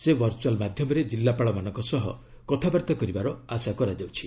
ସେ ଭର୍ଚୁଆଲ ମାଧ୍ୟମରେ ଜିଲ୍ଲାପାଳମାନଙ୍କ ସହ କଥାବାର୍ତ୍ତା କରିବାର ଆଶା କରାଯାଉଛି